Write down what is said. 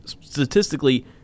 statistically